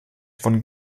von